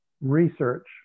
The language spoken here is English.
research